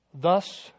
Thus